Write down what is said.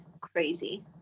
crazy